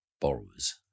borrowers